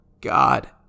God